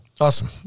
awesome